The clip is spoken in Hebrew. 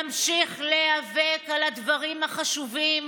נמשיך להיאבק על הדברים החשובים